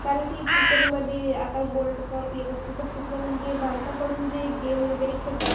कारण की क्रिकेटमध्ये आता वर्ल्ड कप येत असतो तर पूर्ण म्हणजे भारताकडून जे एक गेम वगैरे खेळतात